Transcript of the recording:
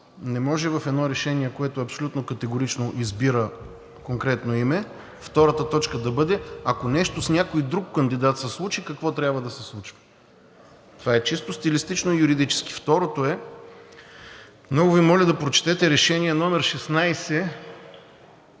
Не може в едно решение, което абсолютно категорично избира конкретно име, втората точка да бъде, ако нещо с някой друг кандидат се случи, какво трябва да се случва. Това е чисто стилистично юридически. Второ. Много Ви моля да прочетете Решение № 16